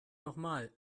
nochmal